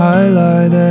Highlight